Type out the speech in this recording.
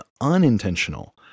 unintentional